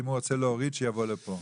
אם הוא רוצה להוריד שיבוא לפה.